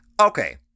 Okay